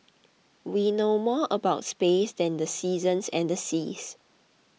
we know more about space than the seasons and the seas